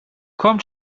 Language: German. komm